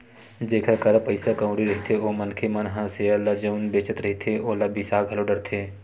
जेखर करा पइसा कउड़ी रहिथे ओ मनखे मन ह सेयर ल जउन बेंचत रहिथे ओला बिसा घलो डरथे